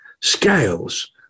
scales